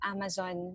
Amazon